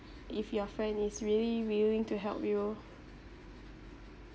if your friend is really willing to help you